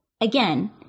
again